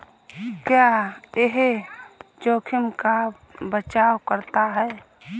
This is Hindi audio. क्या यह जोखिम का बचाओ करता है?